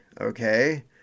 okay